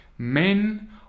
Men